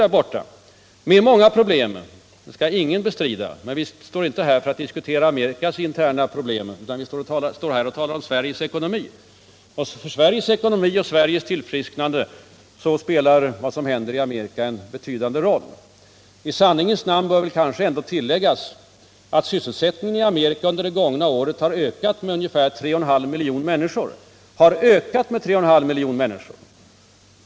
Där har man många problem, det skall ingen bestrida, men vi står ju inte här för att diskutera Amerikas interna problem. Vi talar här om Sveriges ekonomi. Och för Sveriges ekonomiska tillfrisknande spelar det som händer i Amerika en betydande roll. I sanningens namn bör det väl också tilläggas att sysselsättningen i Amerika under det gångna året har ökat med ungefär 3 1/2 miljoner människor.